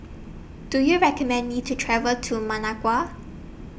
Do YOU recommend Me to travel to Managua